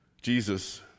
Jesus